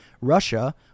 Russia